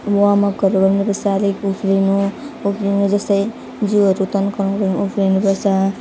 वार्मअपहरू गर्नु पर्छ अलिक उफ्रिनु उफ्रिनु जस्तो जिउहरू तन्काउने गर्नु उफ्रिनु पर्छ